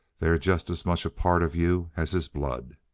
they're just as much a part of you as his blood.